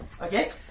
Okay